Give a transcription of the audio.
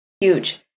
huge